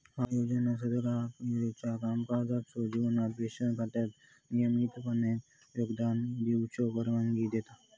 ह्या योजना सदस्यांका त्यांच्यो कामकाजाच्यो जीवनात पेन्शन खात्यात नियमितपणान योगदान देऊची परवानगी देतत